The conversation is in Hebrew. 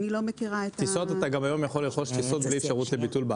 אני לא מכירה --- גם היום אפשר לרכוש בארץ טיסות בלי אפשרות ביטול.